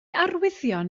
arwyddion